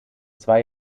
zwei